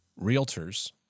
Realtors